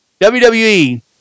WWE